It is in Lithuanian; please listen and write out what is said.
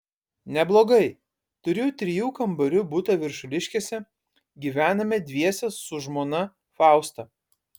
neblogai turiu trijų kambarių butą viršuliškėse gyvename dviese su žmona fausta